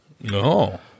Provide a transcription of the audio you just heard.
no